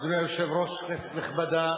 אדוני היושב-ראש, כנסת נכבדה,